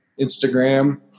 Instagram